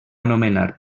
anomenar